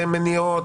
למניעות,